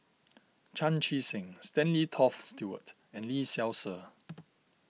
Chan Chee Seng Stanley Toft Stewart and Lee Seow Ser